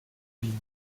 ligne